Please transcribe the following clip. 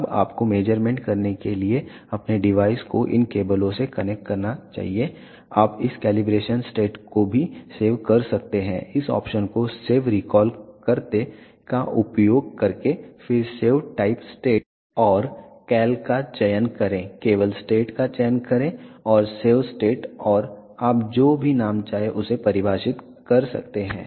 अब आपको मेज़रमेंट करने के लिए अपने डिवाइस को इन केबलों से कनेक्ट करना चाहिए आप इस कैलिब्रेशन स्टेट को भी सेव कर सकते हैं इस ऑप्शन को सेव रिकॉल करते का उपयोग करके फिर सेव टाइप स्टेट और कैल का चयन करें केवल स्टेट का चयन करें और सेव स्टेट और आप जो भी नाम चाहें उसे परिभाषित कर सकते हैं